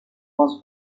was